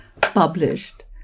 published